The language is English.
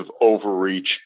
overreach